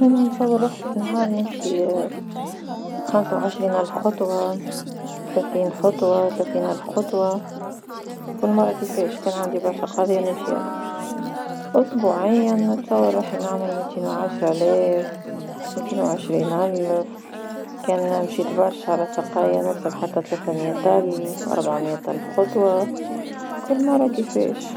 انا نتصور روحي في النهار نمشي خمسة وعشرين الف خطوة ثلاثين خطوة ثلاثين الف خطوة كل مرة كيفاش، كان عندي برشا قضية نمشي أكثر، أسبوعين نتصور روحي نعمل ميتين وعشر الاف. ميتين وعشرين الف، كان مشيت برشا على ساقيا نوصل حتى ثلاث مية الف ربعة مية خطوة. كل مرة وكيفاش.